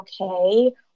okay